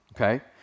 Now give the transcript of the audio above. okay